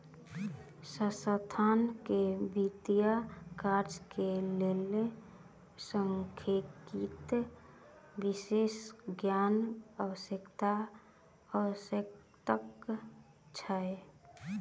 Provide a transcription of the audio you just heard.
संस्थान के वित्तीय कार्य के लेल सांख्यिकी विशेषज्ञक आवश्यकता छल